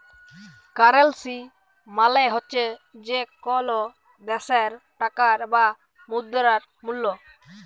currency মালে হছে যে কল দ্যাশের টাকার বা মুদ্রার মূল্য